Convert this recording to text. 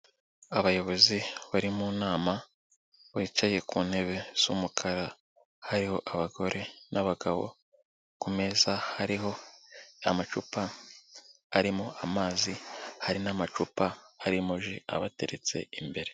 Abayobozi bari mu nama bicaye ku ntebe z'umukara, hariho abagore n'abagabo. Ku meza hariho amacupa arimo amazi, hari n'amacupa arimo ji abateretse imbere.